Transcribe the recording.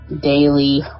daily